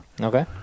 Okay